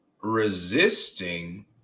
Resisting